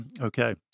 Okay